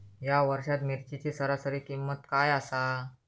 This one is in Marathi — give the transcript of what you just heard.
या वर्षात मिरचीची सरासरी किंमत काय आसा?